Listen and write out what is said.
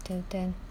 betul betul